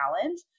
challenge